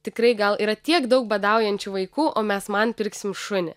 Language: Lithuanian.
tikrai gal yra tiek daug badaujančių vaikų o mes man pirksim šunį